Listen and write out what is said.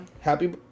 happy